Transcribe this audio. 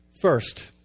First